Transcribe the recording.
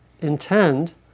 intend